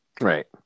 Right